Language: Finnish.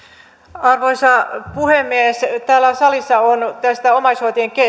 arvoisa puhemies täällä salissa on tästä omaishoitajien